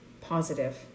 positive